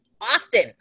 often